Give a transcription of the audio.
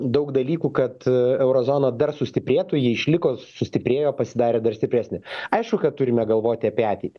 daug dalykų kad euro zona dar sustiprėtų ji išliko sustiprėjo pasidarė dar stipresnė aišku kad turime galvoti apie ateitį